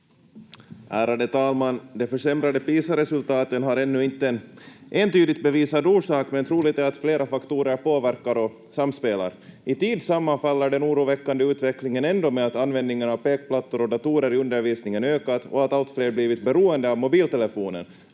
Ärade talman! De försämrade Pisa- resultaten har ännu inte en entydigt bevisad orsak, men troligt är att flera faktorer påverkar och samspelar. I tid sammanfaller den oroväckande utvecklingen ändå med att användningen av pekplattor och datorer i undervisningen ökat och att allt fler blivit beroende av mobiltelefonen.